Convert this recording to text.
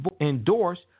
endorsed